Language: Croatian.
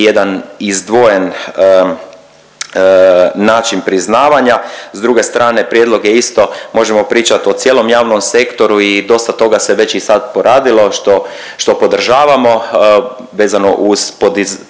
jedan izdvojen način priznavanja. S druge strane prijedlog je isto možemo pričat o cijelom javnom sektoru i dosta toga se već i sad poradilo, što podržavamo, vezano uz podizanje